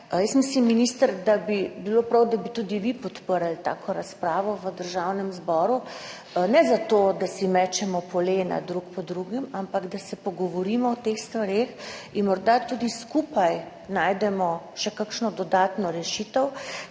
jaz mislim, da bi bilo prav, da bi tudi vi podprli tako razpravo v Državnem zboru. Ne zato, da drug drugemu mečemo polena, ampak da se pogovorimo o teh stvareh in morda tudi skupaj najdemo še kakšno dodatno rešitev.